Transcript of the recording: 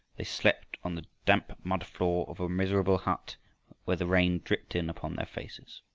they slept on the damp mud floor of a miserable hut where the rain dripped in upon their faces.